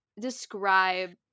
describe